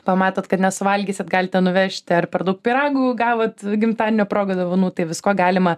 pamatot kad nesuvalgysit galite nuvežti ar per daug pyragų gavot gimtadienio proga dovanų tai viskuo galima